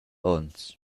onns